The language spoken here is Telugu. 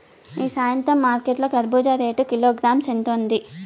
ఈ సాయంత్రం మార్కెట్ లో కర్బూజ రేటు కిలోగ్రామ్స్ ఎంత ఉంది?